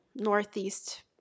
northeast